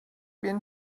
been